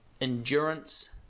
endurance